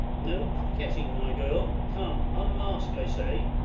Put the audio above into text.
no coquetting, my girl. come, unmask, i say,